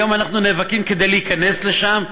והיום אנחנו נאבקים כדי להיכנס לשם.